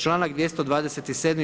Članak 227.